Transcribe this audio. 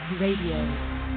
RADIO